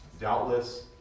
doubtless